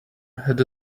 had